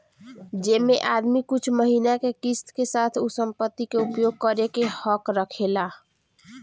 जेमे आदमी कुछ महिना के किस्त के साथ उ संपत्ति के उपयोग करे के हक रखेला